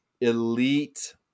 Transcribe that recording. elite